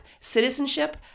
citizenship